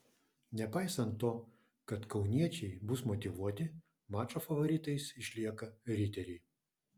nepaisant to kad kauniečiai bus motyvuoti mačo favoritais išlieka riteriai